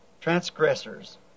transgressors